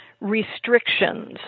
restrictions